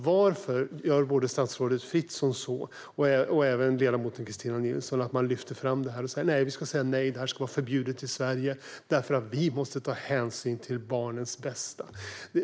Varför säger statsrådet Fritzon och ledamoten Kristina Nilsson nej och hävdar att surrogatmoderskap ska vara förbjudet i Sverige därför att de måste ta hänsyn till barnens bästa?